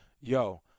yo